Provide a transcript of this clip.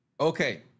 Okay